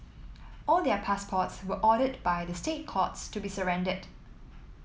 all their passports were ordered by the State Courts to be surrendered